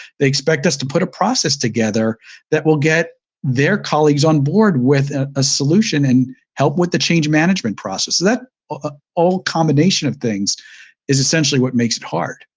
they expect us to put a process together that will get their colleagues onboard with a solution and help with the change management process. that ah whole combination of things is essentially what makes it hard.